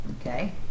okay